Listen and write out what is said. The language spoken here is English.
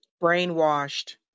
Brainwashed